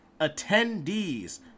Attendees